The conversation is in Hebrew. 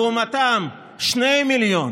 לעומתם, שני מיליון